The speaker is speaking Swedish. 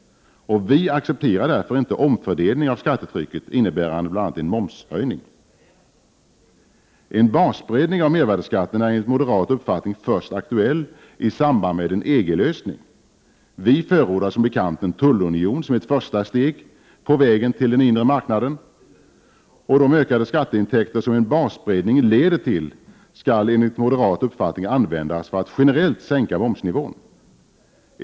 Vi accepterar därför inte omfördelning av skattetrycket innebärande bl.a. en momshöjning. En basbreddning av mervärdeskatten är enligt moderat uppfattning först aktuell i samband med en EG-lösning. Vi förordar som bekant en tullunion som ett första steg på vägen till den inre marknaden. De ökade skatteintäkter som en basbreddning leder till skall enligt moderat uppfattning användas för att generellt sänka momsnivån.